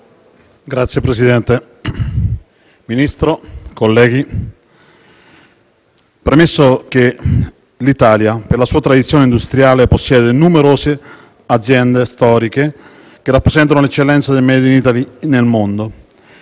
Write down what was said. Signor Presidente, Ministro, colleghi, premetto che l'Italia, per la sua tradizione industriale, possiede numerose storiche aziende che rappresentano l'eccellenza del *made in Italy* nel mondo